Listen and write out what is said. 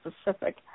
specific